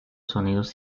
sonidos